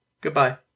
Goodbye